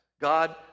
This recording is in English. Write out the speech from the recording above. God